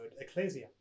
ecclesia